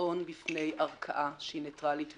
לטעון בפני ערכאה שהיא ניטרלית ואובייקטיבית.